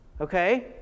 Okay